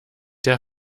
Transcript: der